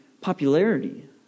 popularity